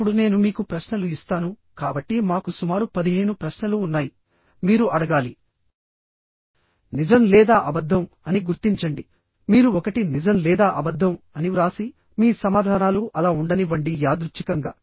ఇప్పుడు నేను మీకు ప్రశ్నలు ఇస్తాను కాబట్టి మాకు సుమారు పదిహేను ప్రశ్నలు ఉన్నాయి మీరు అడగాలి నిజం లేదా అబద్ధం అని గుర్తించండి మీరు ఒకటి నిజం లేదా అబద్ధం అని వ్రాసి మీ సమాధానాలు అలా ఉండనివ్వండి యాదృచ్ఛికంగా